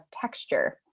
texture